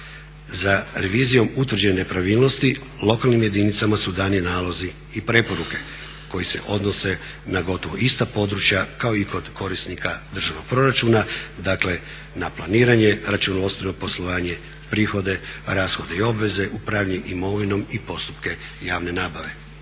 Za revizijom utvrđene nepravilnosti lokalnim jedinicama su dani nalozi i preporuke koji se odnose na gotovo ista područja kao i kod korisnika državnog proračuna, dakle na planiranje, računovodstveno poslovanje, prihode, rashode i obveze, upravljanje imovinom i postupke javne nabave.